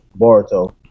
Boruto